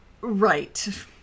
Right